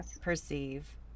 perceive